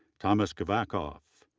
thomas kvachkoff,